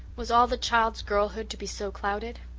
was all the child's girlhood to be so clouded?